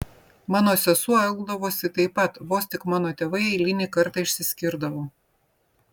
mano sesuo elgdavosi taip pat vos tik mano tėvai eilinį kartą išsiskirdavo